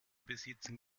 besitzen